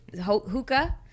hookah